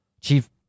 Chief